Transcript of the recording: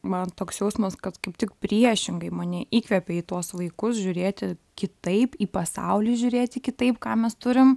man toks jausmas kad kaip tik priešingai mane įkvėpė į tuos vaikus žiūrėti kitaip į pasaulį žiūrėti kitaip ką mes turim